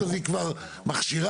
זה בעצם הקושי.